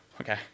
Okay